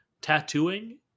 tattooing